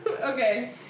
Okay